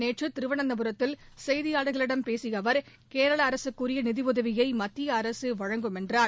நேற்று திருவனந்தப்புரத்தில் செய்தியாளர்களிடம் பேசிய அவர் கேரள அரசுக்கு உரிய நிதியுதவியை மத்திய அரசு வழங்கும் என்றார்